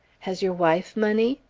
has your wife money?